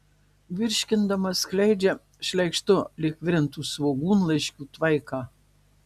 virškindama skleidžia šleikštu lyg virintų svogūnlaiškių tvaiką